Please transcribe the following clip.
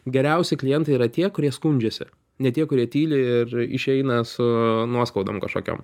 geriausi klientai yra tie kurie skundžiasi ne tie kurie tyli ir išeina su nuoskaudom kažkokiom